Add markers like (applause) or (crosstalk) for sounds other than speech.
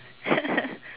(laughs)